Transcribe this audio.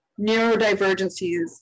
neurodivergencies